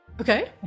Okay